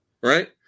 Right